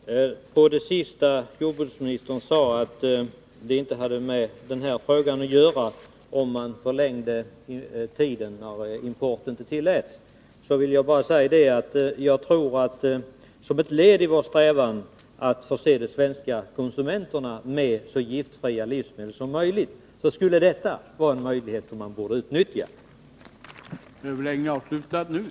Herr talman! Med anledning av att jordbruksministern tog upp frågan om en förkortning av de perioder, under vilka import av sådana här produkter är tillåten, vill jag bara påpeka att jag tror att som ett led i vår strävan att förse de svenska konsumenterna med så giftfria livsmedel som möjligt skulle detta vara en möjlighet som borde utnyttjas. att påskynda utbyte av viss elektrisk utrustning